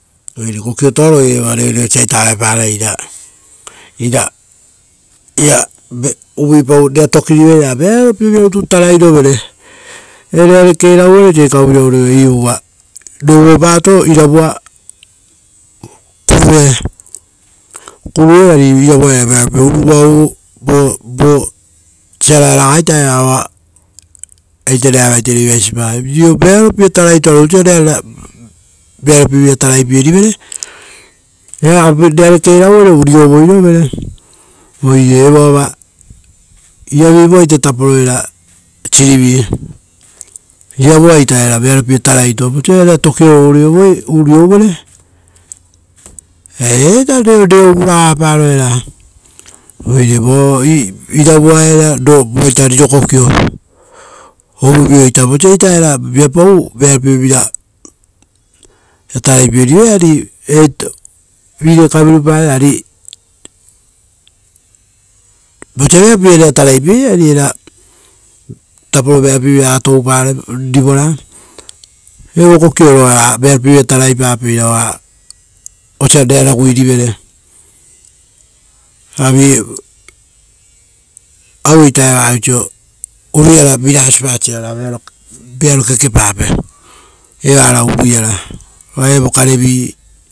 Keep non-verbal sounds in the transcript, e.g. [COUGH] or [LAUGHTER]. Oire kokiotoa ita ira iava reoreo sia ita aue parai, ira uvuipau ra rera tokiri rivere ra vearo pie vira rutu tarai rovere. Rerare kerau vere osa ikau osa ikau vira urio rovere. Iuu rovere, iuu uva, rovopatoa iravu [HESITATION] kuruee osa rera ragui rivere. Ari, aueita eva oiso uruiara oritoo pasa raa rearo kekepape. Evara urui ara evo kare rovii.